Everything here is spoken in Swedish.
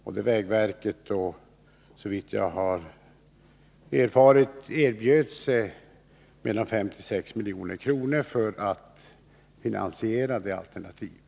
11 november 1982 Vägverket erbjöd sig därvid att betala 5-6 milj.kr. för att finansiera det alternativet.